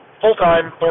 full-time